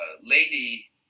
lady